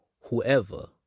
whoever